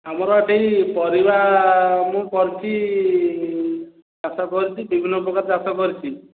ଆମର ସେଇ ପରିବା ମୁଁ କରିଛି ଚାଷ କରିଛି ବିଭିନ୍ନପ୍ରକାର ଚାଷ କରିଛି